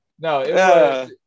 No